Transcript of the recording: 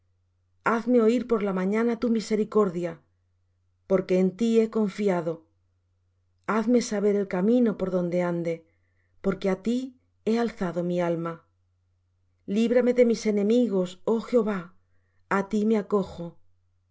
hazme oir por la mañana tu misericordia porque en ti he confiado hazme saber el camino por donde ande porque á ti he alzado mi alma líbrame de mis enemigos oh jehová a ti me acojo